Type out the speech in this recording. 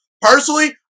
Personally